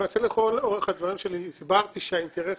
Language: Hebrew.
למעשה לכל אורך הדברים שלי הסברתי שהאינטרס